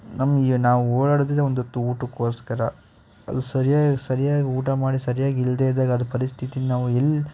ನಮಗೆ ನಾವು ಓಡಾಡೋದೆ ಒಂದು ಹೊತ್ತ್ ಊಟಕ್ಕೋಸ್ಕರ ಅದು ಸರ್ಯಾಗಿ ಸರ್ಯಾಗಿ ಊಟ ಮಾಡಿ ಸರ್ಯಾಗಿ ಇಲ್ಲದೇ ಇದ್ದಾಗ ಅದು ಪರಿಸ್ಥಿತಿ ನಾವು ಎಲ್ಲಿ